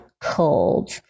cold